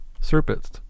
serpents